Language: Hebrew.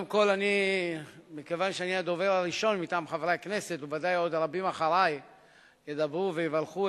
החלטת ועדת הכנסת בדבר מועדי הכנסים